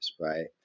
right